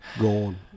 Gone